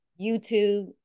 YouTube